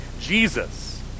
Jesus